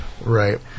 Right